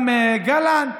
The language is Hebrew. גם גלנט.